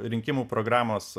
rinkimų programos